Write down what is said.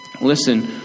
Listen